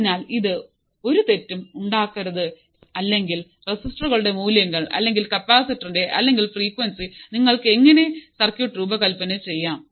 അതിനാൽ ഇതിൽ ഒരു തെറ്റും ഉണ്ടാകരുത് അല്ലെങ്കിൽ റെസിസ്റ്ററുകളുടെ മൂല്യങ്ങൾ അല്ലെങ്കിൽ കപ്പാസിറ്റർ അല്ലെങ്കിൽ ഫ്രീക്വൻസി നിങ്ങൾക്ക് എങ്ങനെ സർക്യൂട്ട് രൂപകൽപ്പന ചെയ്യാം